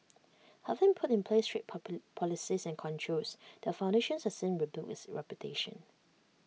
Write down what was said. having put in place strict policies and controls the foundation has since rebuilt its reputation